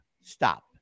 Stop